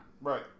Right